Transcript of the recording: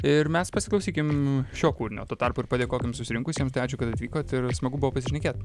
ir mes pasiklausykim šio kūrinio tuo tarpu ir padėkokim susirinkusiem tai ačiū kad atvykot ir smagu buvo pasišnekėt